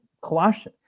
Colossians